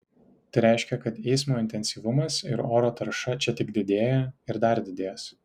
tai reiškia kad eismo intensyvumas ir oro tarša čia tik didėja ir dar didės